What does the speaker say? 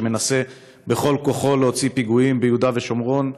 שמנסה בכל כוחו להוציא פיגועים ביהודה ושומרון.